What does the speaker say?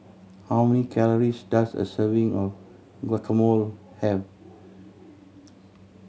how many calories does a serving of Guacamole have